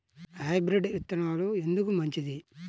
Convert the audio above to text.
Hybrid విత్తనాలు ఎందుకు మంచిది?